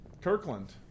Kirkland